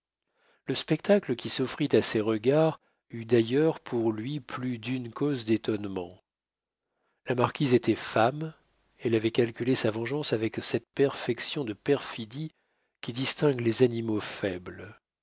le spectacle qui s'offrit à ses regards eut d'ailleurs pour lui plus d'une cause d'étonnement la marquise était femme elle avait calculé sa vengeance avec cette perfection de perfidie qui distingue les animaux faibles